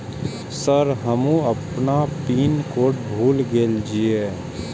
Sir हमू अपना pin code भूल गेल जीये?